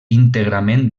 íntegrament